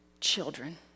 children